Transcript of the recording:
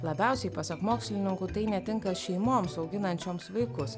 labiausiai pasak mokslininkų tai netinka šeimoms auginančioms vaikus